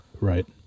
Right